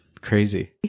Crazy